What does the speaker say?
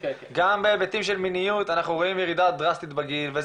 גם בהיבטים של מיניות אנחנו רואים ירידה דרסטית בגיל.